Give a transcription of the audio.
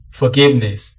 forgiveness